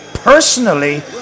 Personally